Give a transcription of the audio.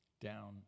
down